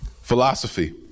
philosophy